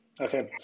okay